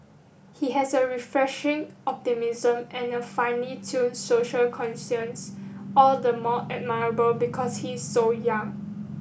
he has a refreshing optimism and a finely tuned social conscience all the more admirable because he is so young